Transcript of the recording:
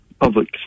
public